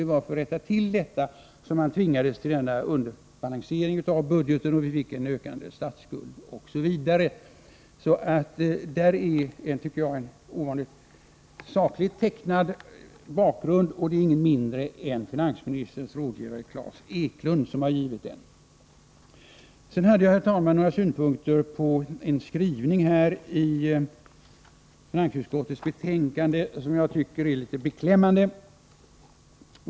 Det var för att rätta till dem som man tvingades till underbalanseringen av budgeten. Därmed fick vi en ökande statsskuld. I boken ges, tycker jag, en ovanligt sakligt tecknad bakgrund till de ekonomiska problemen, och det är således ingen mindre än finansministerns rådgivare Klas Eklund som står för den. Jag har vidare, herr talman, några synpunkter på en skrivning i finansutskottets betänkande som jag tycker är något beklämmande.